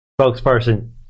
spokesperson